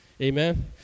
Amen